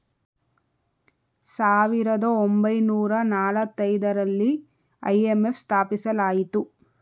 ಸಾವಿರದ ಒಂಬೈನೂರ ನಾಲತೈದರಲ್ಲಿ ಐ.ಎಂ.ಎಫ್ ಸ್ಥಾಪಿಸಲಾಯಿತು